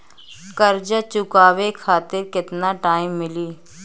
कर्जा चुकावे खातिर केतना टाइम मिली?